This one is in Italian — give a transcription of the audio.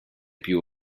più